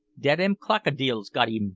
dat am krokidils got im,